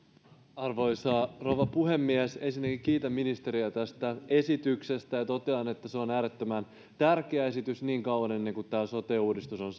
arvoisa rouva puhemies ensinnäkin kiitän ministeriä tästä esityksestä ja totean että se on äärettömän tärkeä esitys siihen asti kun tämä sote uudistus on